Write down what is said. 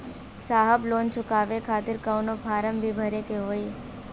साहब लोन चुकावे खातिर कवनो फार्म भी भरे के होइ?